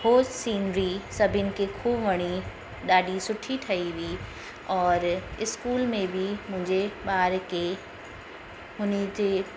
उहो सीनरी सभिनि खे ख़ूबु वणी ॾाढी सुठी ठही हुई औरि इस्कूल में बि मुंहिंजे ॿार खे हुन जे